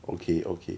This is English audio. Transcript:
okay okay